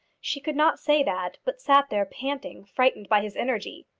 she could not say that, but sat there panting, frightened by his energy.